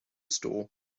store